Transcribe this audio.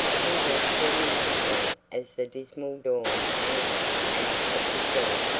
he watched her miserably as the dismal dawn came up out of the sea.